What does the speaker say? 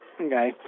Okay